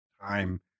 time